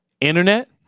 Internet